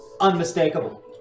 Unmistakable